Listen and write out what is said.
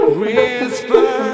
whisper